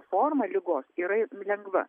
forma ligos yra lengva